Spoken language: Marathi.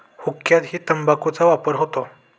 हुक्क्यातही तंबाखूचा वापर होतो